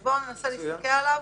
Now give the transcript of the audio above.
אז בואו ננסה להסתכל עליו